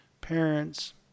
parents